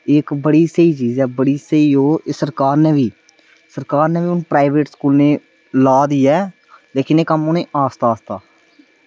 ते एह् इक्क बड़ी स्हेई चीज़ ऐ ते बड़ी स्हेई ओह् एह् सरकार नै बी सरकार नै बी हून प्राईवेट स्कूलें ला दी ऐ लेकिन एह् कम्म औनी आस्तै आस्तै